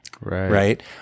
Right